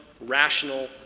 rational